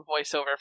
voiceover